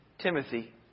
Timothy